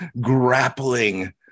grappling